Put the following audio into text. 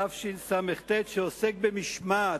התשס"ט, שעוסק במשמעת.